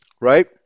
right